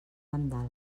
mandales